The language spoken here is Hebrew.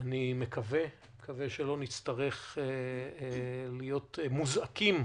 אני מקווה שלא נצטרך להיות מוזעקים